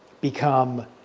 become